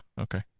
Okay